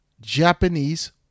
Japanese